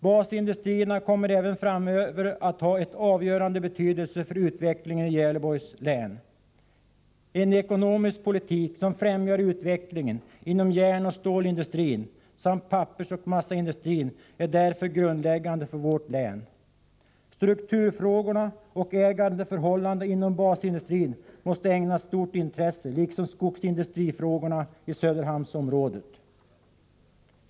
Basindustrierna kommer även framöver att ha en avgörande betydelse för utvecklingen i Gävleborgs län. En ekonomisk politik som främjar utvecklingen inom järnoch stålindustrin samt pappersoch massaindustrin är därför grundläggande för vårt län. Strukturfrågorna och ägarförhållandena inom basindustrin måste ägnas stort intresse liksom skogsindustrifrågorna i Söderhamnsområdet.